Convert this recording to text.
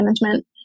management